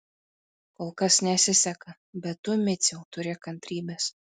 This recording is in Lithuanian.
kol kas nesiseka bet tu miciau turėk kantrybės